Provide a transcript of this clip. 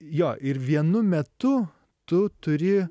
jo ir vienu metu tu turi